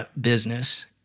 business